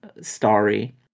story